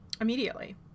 Immediately